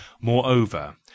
Moreover